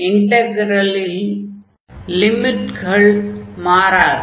இன்டக்ரலின் லிமிட்கள் மாறாது